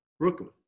Brooklyn